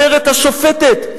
אומרת השופטת.